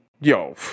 yo